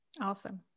Awesome